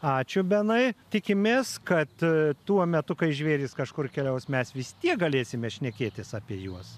ačiū benai tikimės kad tuo metu kai žvėrys kažkur keliaus mes vis tiek galėsime šnekėtis apie juos